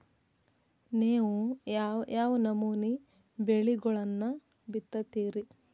ನೇವು ಯಾವ್ ಯಾವ್ ನಮೂನಿ ಬೆಳಿಗೊಳನ್ನ ಬಿತ್ತತಿರಿ?